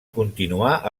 continuar